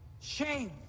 shame